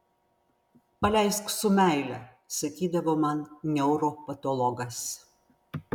paleisk su meile sakydavo man neuropatologas